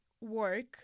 work